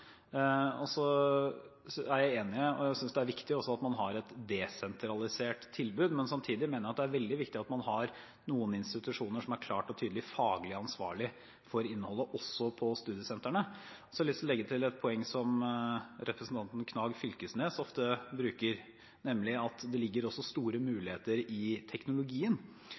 jeg synes det er viktig at man også har et desentralisert tilbud. Samtidig mener jeg at det er veldig viktig at man har noen institusjoner som klart og tydelig er faglig ansvarlig også for innholdet på studiesentrene. Jeg har lyst til å legge til et poeng som representanten Knag Fylkesnes ofte nevner, nemlig at det også ligger store muligheter i teknologien.